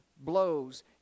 blows